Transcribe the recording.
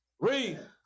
Read